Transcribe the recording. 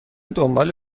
دنبال